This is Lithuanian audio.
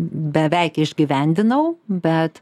beveik išgyvendinau bet